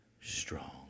strong